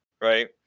right